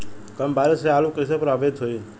कम बारिस से आलू कइसे प्रभावित होयी?